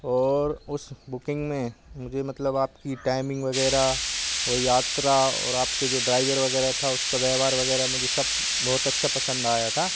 और उस बुकिंग में मुझे मतलब आपकी टाइमिंग वग़ैरह वह यात्रा और आपके जो ड्राइवर वग़ैरह था उसका व्यवहार वग़ैरह मुझे सब बहुत अच्छा पसंद आया था